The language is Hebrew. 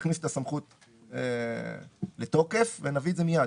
יכניס את הסמכות לתוקף ונביא את זה מייד.